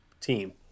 team